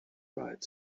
dried